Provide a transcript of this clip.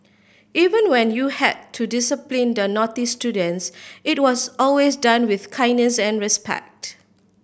even when you had to discipline the naughty students it was always done with kindness and respect